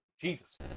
Jesus